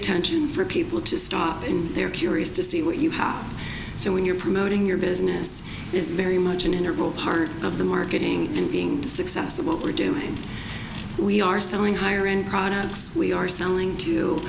attention for people to stop and they're curious to see what you have so when you're promoting your business is very much an interval part of the marketing and being successful what we're doing we are selling higher end products we are selling to